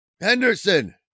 Henderson